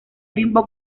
bimbo